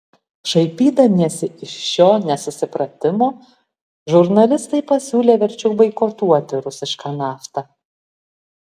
šaipydamiesi iš šio nesusipratimo žurnalistai pasiūlė verčiau boikotuoti rusišką naftą